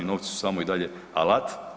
Novci su samo i dalje alat.